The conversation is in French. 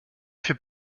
fait